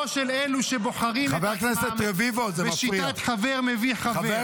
של אלו שבוחרים את עצמם בשיטת חבר מביא חבר.